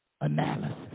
analysis